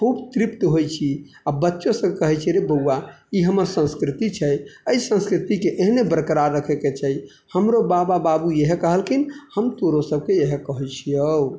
तृप्त होइ छी आओर बच्चो सबके कहै छिए रे बौआ ई हमर संस्कृति छै एहि संस्कृतिके एहने बरकरार रखैके छै हमरो बाबा बाबू इएह कहलखिन हम तोरो सबके इएह कहै छिऔ